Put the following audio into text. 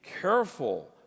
careful